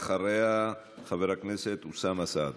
ואחריה, חבר הכנסת אוסאמה סעדי.